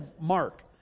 Mark